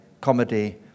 comedy